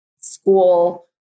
school